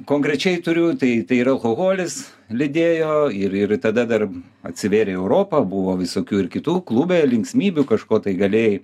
konkrečiai turiu tai tai yra alkoholis lydėjo ir ir tada dar atsivėrė europa buvo visokių ir kitų klube linksmybių kažko tai galėjai